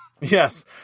Yes